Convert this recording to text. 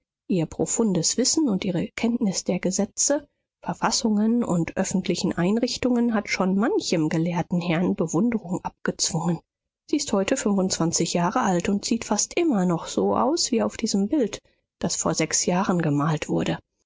ihr profundes wissen und ihre kenntnis der gesetze verfassungen und öffentlichen einrichtungen hat schon manchem gelehrten herrn bewunderung abgezwungen sie ist heute fünfundzwanzig jahre alt und sieht fast immer noch so aus wie auf diesem bild das vor sechs jahren gemalt wurde